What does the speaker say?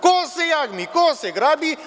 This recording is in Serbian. Ko se jagmi, ko se grabi?